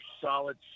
solid